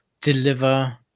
deliver –